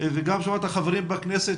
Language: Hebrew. וגם שמעת חברים בכנסת